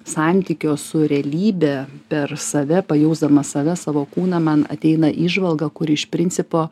santykio su realybe per save pajausdamas save savo kūną man ateina įžvalga kuri iš principo